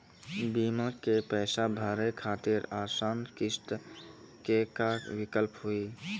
बीमा के पैसा भरे खातिर आसान किस्त के का विकल्प हुई?